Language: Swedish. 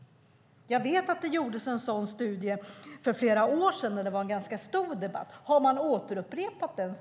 Jag vet att det gjordes en studie för flera år sedan i samband med en stor debatt. Har studien återupprepats?